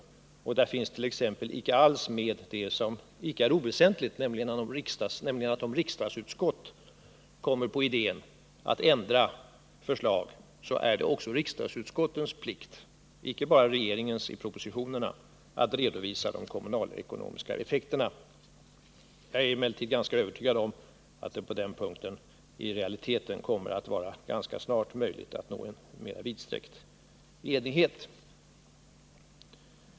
En icke oväsentlig sak finns nämligen inte omnämnd där, nämligen det förhållandet att om ett utskott få idén att ändra ett förslag, så är det också utskottets plikt — icke bara regeringens i propositionerna — att redovisa de kommunalekonomiska effekterna. Jag är emellertid ganska övertygad om att det på den punkten i realiteten ganska snart kommer att vara möjligt att uppnå en mer vidsträckt enighet.